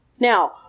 Now